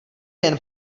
jen